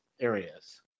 areas